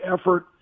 effort